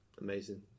Amazing